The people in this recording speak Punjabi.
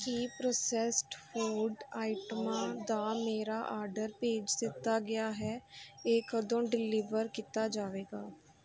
ਕੀ ਪ੍ਰੋਸੈਸਡ ਫੂਡ ਆਈਟਮਾਂ ਦਾ ਮੇਰਾ ਆਰਡਰ ਭੇਜ ਦਿੱਤਾ ਗਿਆ ਹੈ ਇਹ ਕਦੋਂ ਡਲੀਵਰ ਕੀਤਾ ਜਾਵੇਗਾ